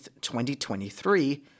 2023